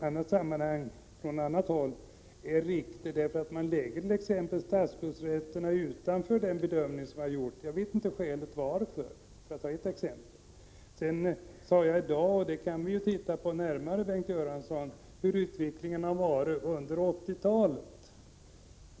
Statsskuldsräntorna läggs t.ex. utanför bedömningen — jag vet inte av vilket — Prot. 1986/87:100 skäl.